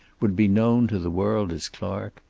would be known to the world as clark.